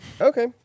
Okay